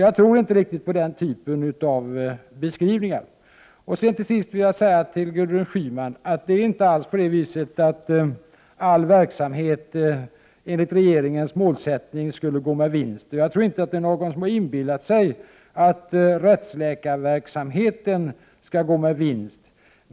Jag tror alltså inte på den typen av beskrivningar. Till Gudrun Schyman vill jag säga att det inte alls är så att all verksamhet enligt regeringens målsättning skall gå med vinst. Jag tror inte att någon har inbillat sig att rättsläkarverksamheten skall gå med vinst.